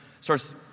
starts